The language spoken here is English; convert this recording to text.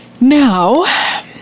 Now